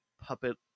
puppet